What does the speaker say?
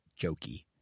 jokey